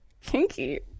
kinky